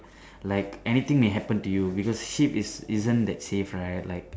like anything may happen to you because ship is isn't that safe right like